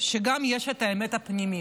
שגם יש את האמת הפנימית,